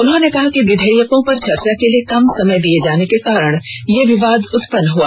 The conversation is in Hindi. उन्होंनि कहा कि विधेयकों पर चर्चा के लिए कम समय दिये जाने के कारण यह विवाद उत्पन्न हुआ